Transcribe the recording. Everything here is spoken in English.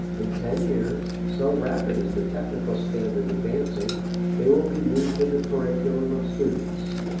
in ten years so rapid is the technical standard advancing they will be used in the curriculum of students.